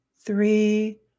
three